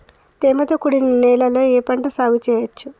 తేమతో కూడిన నేలలో ఏ పంట సాగు చేయచ్చు?